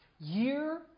year